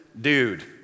dude